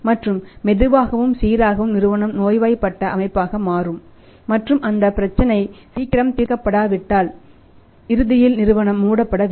மற்றும் மெதுவாகவும் சீராகவும் நிறுவனம் நோய்வாய்ப்பட்ட அமைப்பாக மாறும் மற்றும் அந்த பிரச்சினை சீக்கிரம் தீர்க்கப்படாவிட்டால் இறுதியில் நிறுவனம் மூடப்பட வேண்டும்